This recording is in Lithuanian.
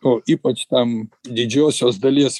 o ypač tam didžiosios dalies